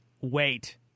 wait